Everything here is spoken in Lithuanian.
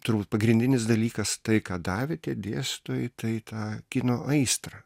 turbūt pagrindinis dalykas tai ką davė tie dėstytojai tai tą kino aistrą